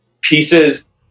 pieces